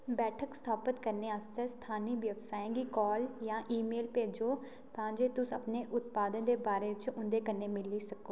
बैठक स्थापत करने आस्तै स्थानी व्यवसायें गी कॉल जां ईमेल भेजो तां जे तुस अपने उत्पादें दे बारे च उं'दे कन्नै मिली सको